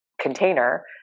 container